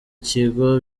kigo